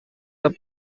the